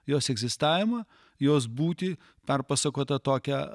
jos egzistavimą jos būtį perpasakotą tokia